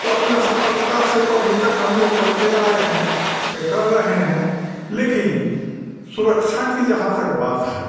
तो अपना सतर्कता से तो अभी तक हम लोग करते आए हैं के कर रहे हैं लेकिन सुरक्षा की जहाँ तक बात है